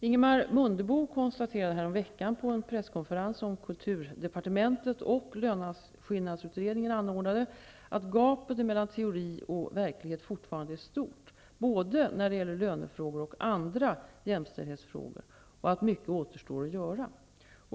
Ingemar Mundebo konstaterade häromveckan, på en presskonferens som kulturdepartementet och löneskillnadsutredningen anordnade, att gapet mellan teori och verklighet fortfarande är stort, både när det gäller lönefrågor och andra jämställdhetsfrågor, och att mycket återstår att göra.